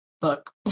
book